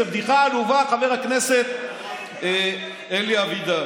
זו בדיחה עלובה, חבר הכנסת אלי אבידר.